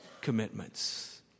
commitments